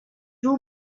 too